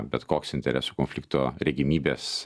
bet koks interesų konflikto regimybės